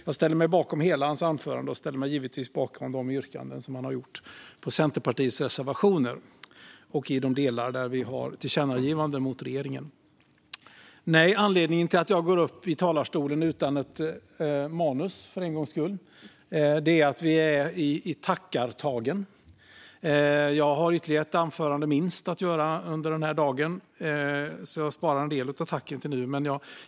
Jag ställer mig bakom hela hans anförande, och jag ställer mig givetvis bakom de yrkanden han gjort på Centerpartiets reservationer och de delar där vi föreslår tillkännagivanden till regeringen. Anledningen till att jag går upp i talarstolen - utan manus, för en gångs skull - är att vi är i tackartagen. Jag har ytterligare minst ett anförande att hålla i dag, så jag sparar en del av tacken till dess.